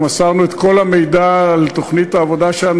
אנחנו מסרנו את כל המידע על תוכנית העבודה שלנו